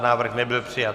Návrh nebyl přijat.